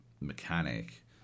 mechanic